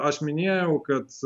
aš minėjau kad